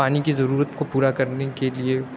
پانی کی ضرورت کو پورا کرنے کے لیے